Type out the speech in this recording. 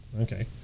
Okay